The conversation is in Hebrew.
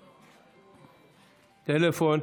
טלפון.